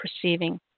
perceiving